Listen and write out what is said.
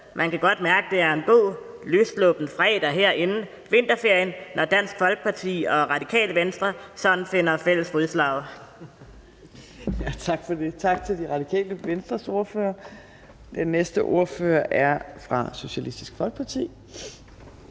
Man kan godt mærke, at det er en god, løssluppen fredag her inden vinterferien, når Dansk Folkeparti og Radikale Venstre sådan finder fælles fodslag.